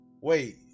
Wait